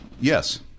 yes